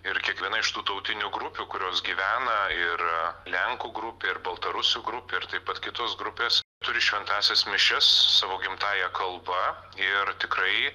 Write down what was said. ir kiekviena iš tų tautinių grupių kurios gyvena ir lenkų grupė ir baltarusių grupė ir taip pat kitos grupės turi šventąsias mišias savo gimtąja kalba ir tikrai